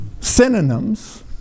synonyms